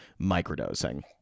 microdosing